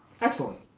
Excellent